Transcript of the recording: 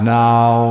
now